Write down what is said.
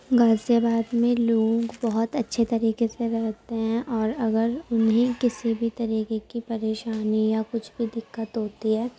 غازی آباد میں لوگ بہت اچھے طریقے سے رہتے ہیں اور اگر انہیں کسی بھی طریقے کی پریشانی یا کچھ بھی دِقّت ہوتی ہے